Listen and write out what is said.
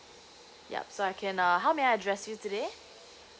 yup so I can uh how may I address you today